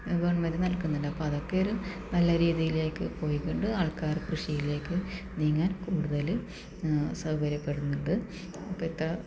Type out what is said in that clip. government നല്കുന്നുണ്ട് അപ്പം അതൊക്കെയൊരു നല്ല രീതിയിലേക്ക് പോയ്കൊണ്ട് ആൾക്കാർ കൃഷിയിലേക്ക് നീങ്ങാൻ കൂടുതല് സൗകര്യപ്പെടുന്നുണ്ട് അപ്പം ഇത്ര